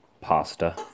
pasta